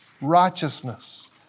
righteousness